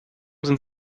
sind